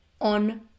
on